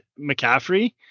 mccaffrey